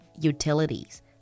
utilities